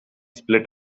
split